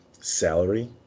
salary